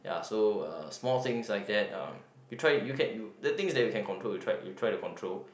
ya so uh small things like that uh you try you can you the things you can control you try you try to control